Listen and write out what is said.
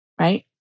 right